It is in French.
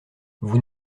vous